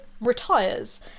retires